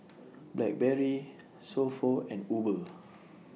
Blackberry So Pho and Uber